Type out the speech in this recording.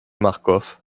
marcof